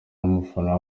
n’umufana